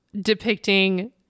depicting